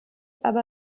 aber